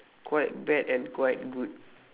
quite bad and quite good